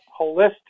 holistic